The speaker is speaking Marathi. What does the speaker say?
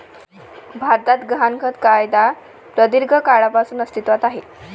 भारतात गहाणखत कायदा प्रदीर्घ काळापासून अस्तित्वात आहे